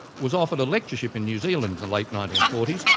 was offered a lectureship in new zealand in the late nineteen forty s,